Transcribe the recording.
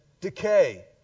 decay